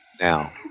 now